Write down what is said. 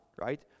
right